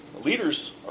Leaders